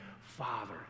father